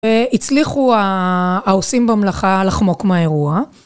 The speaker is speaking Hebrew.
והצליחו העושים במלאכה לחמוק מהאירוע.